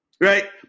Right